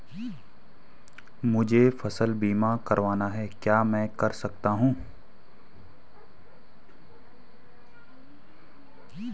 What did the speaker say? मुझे फसल बीमा करवाना है क्या मैं कर सकता हूँ?